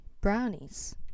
brownies